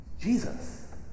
jesus